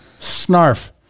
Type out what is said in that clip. Snarf